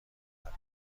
کرد